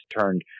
turned